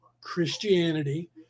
Christianity